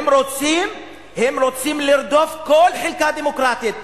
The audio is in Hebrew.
הם רוצים לרדוף כל חלקה דמוקרטית,